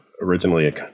originally